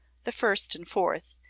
the first and fourth,